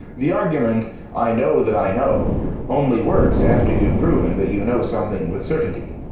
the argument i know that i know only works after you've proven that you know something with certainty.